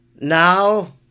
now